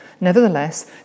Nevertheless